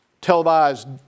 televised